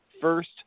first